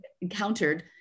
encountered